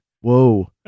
Whoa